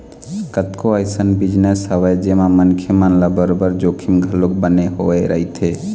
कतको अइसन बिजनेस हवय जेमा मनखे मन ल बरोबर जोखिम घलोक बने होय रहिथे